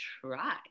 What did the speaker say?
try